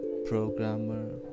programmer